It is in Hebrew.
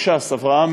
מש"ס, אברהם